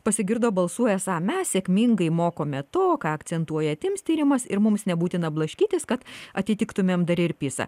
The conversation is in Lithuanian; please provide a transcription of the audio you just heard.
pasigirdo balsų esą mes sėkmingai mokome to ką akcentuoja tims tyrimas ir mums nebūtina blaškytis kad atitiktumėm dar ir pisa